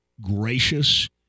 gracious